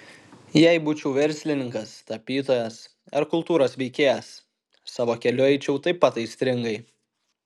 jei būčiau verslininkas tapytojas ar kultūros veikėjas savo keliu eičiau taip pat aistringai